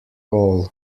all